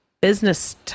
business